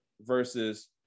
versus